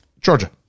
Georgia